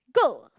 go